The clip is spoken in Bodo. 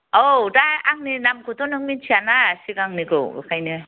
औ दा आंनि नामखौथ' नों मिथिया ना सिगांनिखौ इखायनो